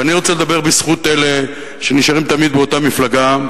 ואני רוצה לדבר בזכות אלה שנשארים תמיד באותה מפלגה,